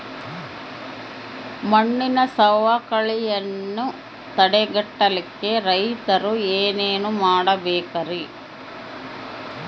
ಮಣ್ಣಿನ ಸವಕಳಿಯನ್ನ ತಡೆಗಟ್ಟಲಿಕ್ಕೆ ರೈತರು ಏನೇನು ಮಾಡಬೇಕರಿ?